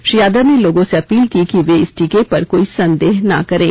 श्री यादव ने लोगों से अपील की कि वे इस टीके पर कोई संदेह न करें